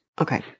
Okay